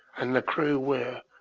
and the crew were,